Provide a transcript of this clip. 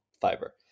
fiber